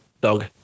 Dog